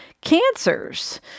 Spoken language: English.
cancers